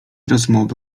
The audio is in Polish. rozmowy